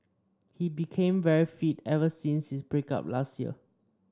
he became very fit ever since his break up last year